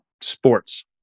sports